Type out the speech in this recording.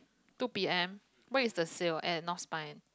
two P_M what is the sale at North Spine